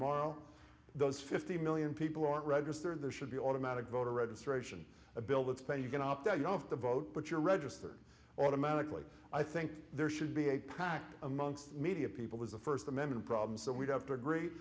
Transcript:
morrow those fifty million people aren't registered there should be automatic voter registration a bill that's pending can opt out of the vote but your register automatically i think there should be a pact amongst media people is a first amendment problem so we'd have to agree